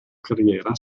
carriera